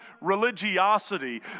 religiosity